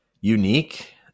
unique